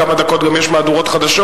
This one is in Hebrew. ועוד כמה דקות גם יש מהדורות חדשות,